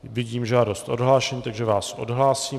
Vidím žádost o odhlášení, takže vás odhlásím.